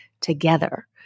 together